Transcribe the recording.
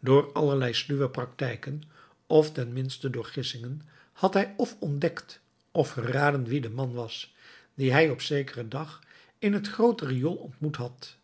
door allerlei sluwe praktijken of ten minste door gissingen had hij f ontdekt f geraden wie de man was dien hij op zekeren dag in het groote riool ontmoet had